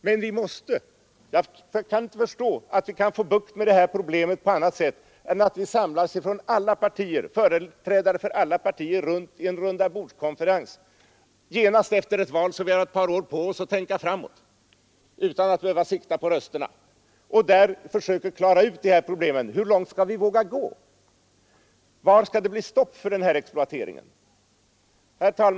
Men vi måste. Jag kan inte förstå att vi kan få bukt med detta på annat sätt än att samlas alla partier vid en rundabordskonferens genast efter ett val, så att vi har ett par år på oss att tänka framåt. Där skall vi försöka klara ut dessa problem: Hur långt skall vi våga gå? Var skall det bli stopp för den här exploateringen? Herr talman!